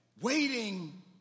Waiting